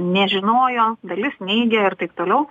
nežinojo dalis neigia ir taip toliau